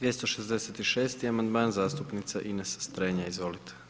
266. amandman, zastupnica Ines Strenja, izvolite.